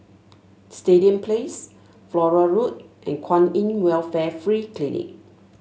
Stadium Place Flora Road and Kwan In Welfare Free Clinic